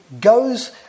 goes